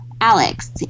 Alex